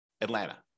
Atlanta